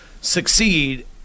succeed